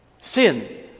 sin